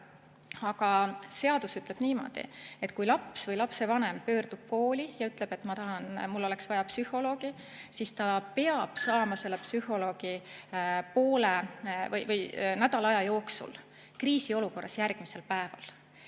Aga seadus ütleb niimoodi, et kui laps või lapsevanem pöördub kooli ja ütleb, et tal oleks vaja psühholoogi, siis ta peab saama selle psühholoogi nädala jooksul, kriisiolukorras järgmisel päeval.